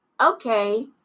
okay